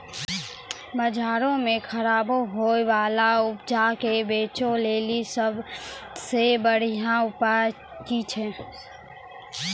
बजारो मे खराब होय बाला उपजा के बेचै लेली सभ से बढिया उपाय कि छै?